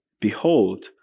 Behold